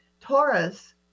Taurus